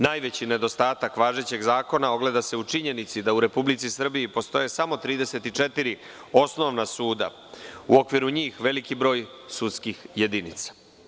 Najveći nedostatak važećeg zakona ogleda se u činjenici da u Republici Srbiji postoji samo 34 osnovna suda, u okviru njih veliki broj sudskih jedinica.